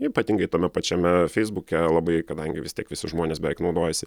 ypatingai tame pačiame feisbuke labai kadangi vis tiek visi žmonės beveik naudojasi